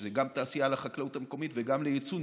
שזו גם תעשייה לחקלאות המקומית וגם ליצוא,